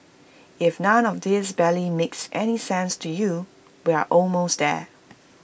if none of this barely makes any sense to you we're almost there